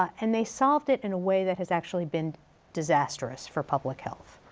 and they solved it in a way that has actually been disastrous for public health.